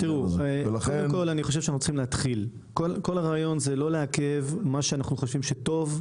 כל הרעיון הוא לא לעכב את מה שאנחנו חושבים שטוב.